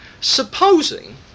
Supposing